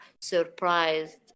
surprised